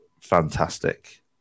fantastic